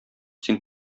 син